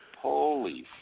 Holy